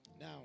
Now